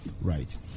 Right